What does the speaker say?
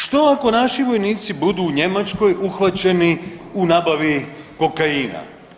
Što ako naši vojnici budu u Njemačkoj uhvaćeni u nabavi kokaina?